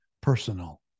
personal